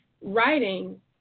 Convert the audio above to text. writing